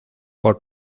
por